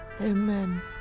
amen